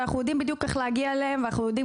ואנחנו יודעים בדיוק איך להגיע אליהם ולמה